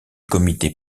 comité